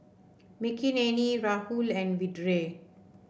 Makineni Rahul and Vedre